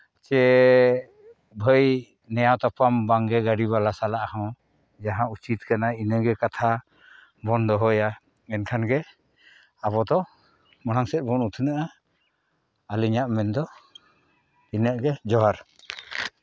ᱥᱮ ᱵᱷᱟᱹᱭ ᱱᱮᱭᱟᱣ ᱛᱟᱯᱟᱢ ᱵᱟᱝᱜᱮ ᱜᱟᱹᱰᱤ ᱵᱟᱞᱟ ᱥᱟᱞᱟᱜ ᱦᱚᱸ ᱡᱟᱦᱟᱸ ᱩᱪᱤᱛ ᱠᱟᱱᱟ ᱤᱱᱟᱹᱜᱮ ᱠᱟᱛᱷᱟ ᱵᱚᱱ ᱫᱚᱦᱚᱭᱟ ᱮᱱᱠᱷᱟᱱ ᱜᱮ ᱟᱵᱚ ᱫᱚ ᱢᱟᱲᱟᱝ ᱥᱮᱫ ᱵᱚᱱ ᱩᱛᱱᱟᱹᱜᱼᱟ ᱟᱹᱞᱤᱧᱟᱜ ᱢᱮᱱᱫᱚ ᱤᱱᱟᱹᱜ ᱜᱮ ᱡᱚᱦᱟᱨ